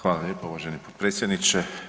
Hvala lijepo uvaženi potpredsjedniče.